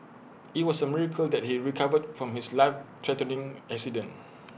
IT was A miracle that he recovered from his life threatening accident